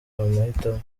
amahitamo